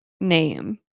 name